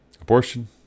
Abortion